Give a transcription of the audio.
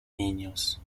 niños